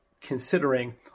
considering